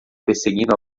perseguindo